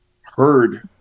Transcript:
heard